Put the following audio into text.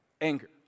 anger